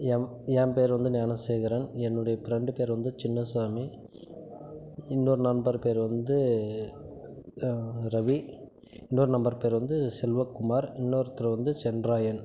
என் என் பேர் வந்து ஞானசேகரன் என்னோட ஃப்ரெண்டு பேர் வந்து சின்ன சுவாமி இன்னோரு நண்பர் பேர் வந்து ரவி இன்னோரு நண்பர் பேர் வந்து செல்வக்குமார் இன்னோருத்தர் வந்து சென்ட்ராயன்